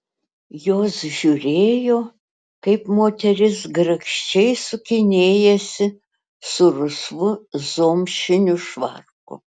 jos žiūrėjo kaip moteris grakščiai sukinėjasi su rusvu zomšiniu švarku